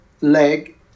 leg